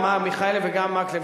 גם מר מיכאלי וגם מקלב,